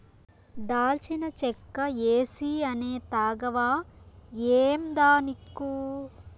దాల్చిన చెక్క ఏసీ అనే తాగవా ఏందానిక్కు